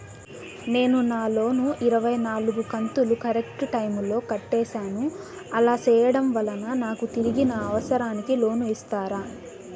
నేను నా లోను ఇరవై నాలుగు కంతులు కరెక్టు టైము లో కట్టేసాను, అలా సేయడం వలన నాకు తిరిగి నా అవసరానికి లోను ఇస్తారా?